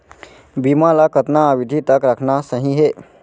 बीमा ल कतना अवधि तक रखना सही हे?